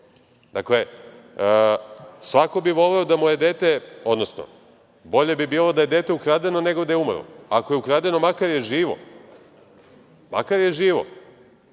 Dakle, svako bi voleo da mu je dete, odnosno bolje bi bilo da je dete ukradeno, nego da je umrlo. Ako je ukradenom, makar je živo. Makar je živo,